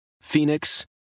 Phoenix